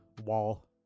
wall